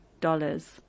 dollars